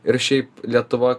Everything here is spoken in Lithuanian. ir šiaip lietuva